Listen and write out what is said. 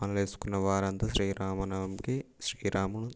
మాలలు వేసుకున్న వారంతా శ్రీరామనవమికి శ్రీరాముడు